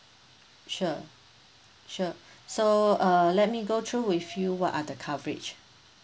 sure sure so uh let me go through with you what are the coverage